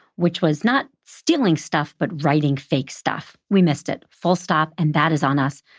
which was not stealing stuff, but writing fake stuff. we missed it, full stop, and that is on us.